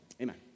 amen